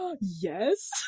Yes